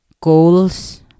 goals